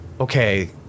okay